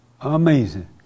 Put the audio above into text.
amazing